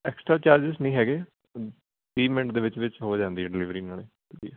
extra charges ਨਹੀਂ ਹੈਗੇ ਵੀਹ ਮਿੰਟ ਦੇ ਵਿੱਚ ਵਿੱਚ ਹੋ ਜਾਂਦੀ ਹੈ ਡਲੀਵਰੀ ਨਾਲੇ ਵਧੀਆ